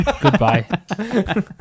Goodbye